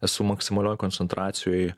esu maksimalioj koncentracijoj